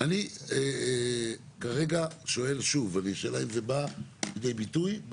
אני כרגע שואל שוב, השאלה אם זה בא לידי ביטוי?